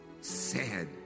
sad